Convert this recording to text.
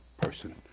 person